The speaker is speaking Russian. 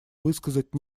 высказать